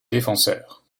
défenseur